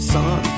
Sun